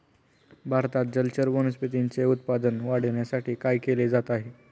भारतात जलचर वनस्पतींचे उत्पादन वाढविण्यासाठी काय केले जात आहे?